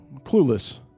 clueless